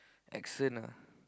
accent ah